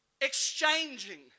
exchanging